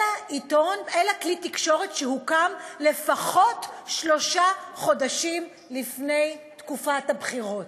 אלא כלי תקשורת שהוקם לפחות שלושה חודשים לפני תקופת הבחירות.